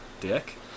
dick